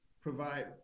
provide